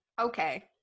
okay